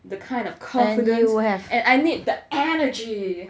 the kind of confidence and I need the energy